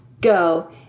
go